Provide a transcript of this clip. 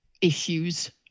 issues